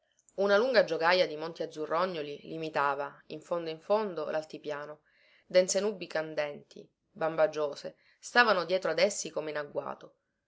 una lunga giogaja di monti azzurrognoli limitava in fondo in fondo laltipiano dense nubi candenti bambagiose stavano dietro ad essi come in agguato